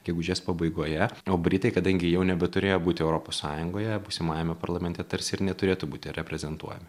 gegužės pabaigoje o britai kadangi jau nebeturėjo būti europos sąjungoje būsimajame parlamente tarsi ir neturėtų būti reprezentuojami